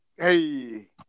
Hey